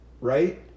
Right